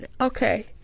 Okay